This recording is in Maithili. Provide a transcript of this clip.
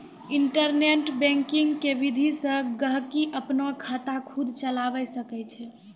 इन्टरनेट बैंकिंग के विधि से गहकि अपनो खाता खुद चलावै सकै छै